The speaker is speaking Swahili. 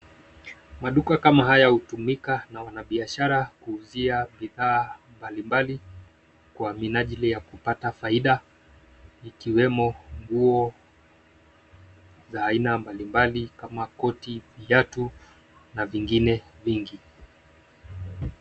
Maduka kama haya hutumika na wanabiashara kuuzia bidhaa mbalimbali kwa minajili ya kupata faida ikiwemo nguo za aina mbalimbali kama koti, viatu na vingine vingi.